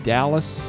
Dallas